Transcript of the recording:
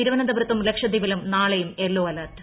തിരുവനന്തപുരത്തും ലക്ഷദ്വീപിലും നാളെയും യെല്ലോ അലെർട്ട്